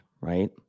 right